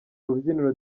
rubyiniro